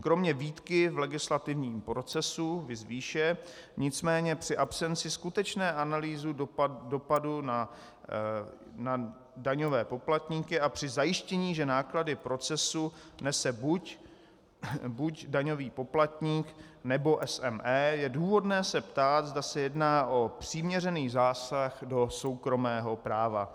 Kromě výtky v legislativním procesu, viz výše, nicméně při absenci skutečné analýzy dopadu na daňové poplatníky a při zajištění, že náklady procesu nese buď daňový poplatník nebo SME, je důvodné se ptát, zda se jedná o přiměřený zásah do soukromého práva.